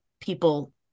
people